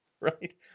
right